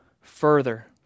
further